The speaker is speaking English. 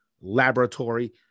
laboratory